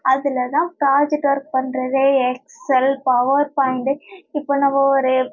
அதில் தான் project work பண்ணுறது எக்ஸல் பவர்பாயிண்ட்டு இப்போது நம்ம ஒரு